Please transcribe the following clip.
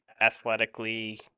athletically